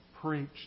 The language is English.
preached